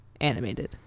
Animated